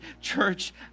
church